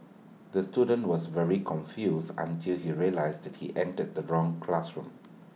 the student was very confused until he realised that he entered the wrong classroom